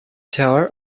tower